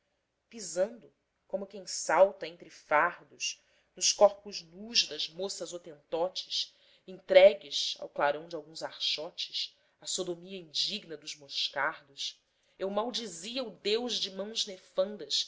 pisando como quem salta entre fardos nos corpos nus das moças hotentotes entregues ao clarão de alguns archotes à sodomia indigna dos moscardos eu maldizia o deus de mãos nefandas